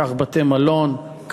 כך בתי-מלון,